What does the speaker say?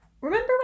Remember